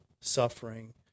suffering